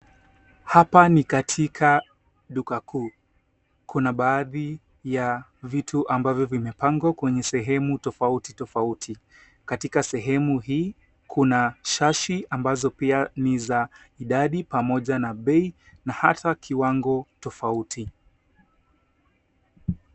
Hapa ni katika duka kuu kuna baadhi ya vitu ambazo vimepagwa kwenye sehemu tofauti tofauti katika sehemu hii kuna shashi ambazo pia ni za idadi pamoja na bei na hata kiwago tofauti